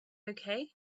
okay